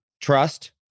Trust